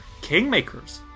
kingmakers